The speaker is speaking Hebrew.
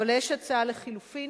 אבל יש הצעה לחלופין,